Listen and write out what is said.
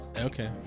Okay